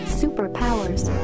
superpowers